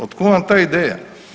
Od kud vam ta ideja?